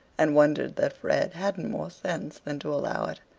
and wondered that fred hadn't more sense than to allow it.